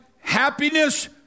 happiness